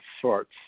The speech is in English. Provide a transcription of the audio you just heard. sorts